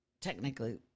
technically